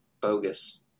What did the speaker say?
bogus